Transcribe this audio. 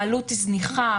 העלות היא זניחה,